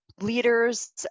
leaders